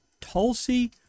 Tulsi